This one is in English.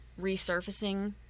resurfacing